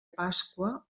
pasqua